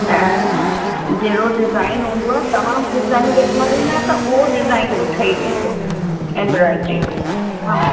ऐं जहिड़ो डिज़ाइन हूंदो आहे तव्हां बि डिज़ाइन ॾेखारींदा त उहो डिज़ाइन बि ठही वेंदो एम्ब्रॉइडरी में हा